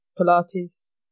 pilates